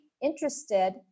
interested